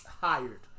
Hired